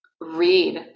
read